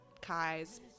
Kai's